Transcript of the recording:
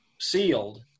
sealed